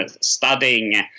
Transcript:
studying